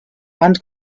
and